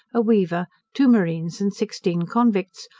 a weaver, two marines, and sixteen convicts,